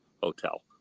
hotel